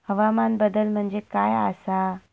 हवामान बदल म्हणजे काय आसा?